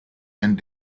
and